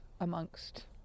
amongst